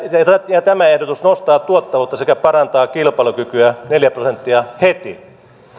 ja tämä ehdotus nostaa tuottavuutta sekä parantaa kilpailukykyä neljä prosenttia heti